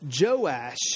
Joash